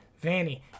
Vanny